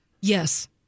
Yes